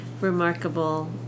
remarkable